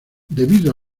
debido